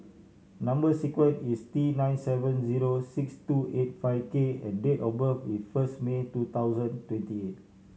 number sequence is T nine seven zero six two eight five K and date of birth is first May two thousand twenty eight